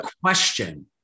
question